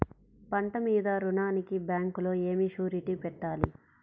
పంట మీద రుణానికి బ్యాంకులో ఏమి షూరిటీ పెట్టాలి?